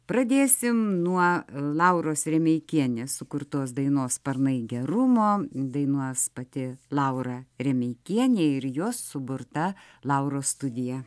pradėsim nuo lauros remeikienės sukurtos dainos sparnai gerumo dainuos pati laura remeikienė ir jos suburta lauros studija